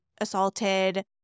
assaulted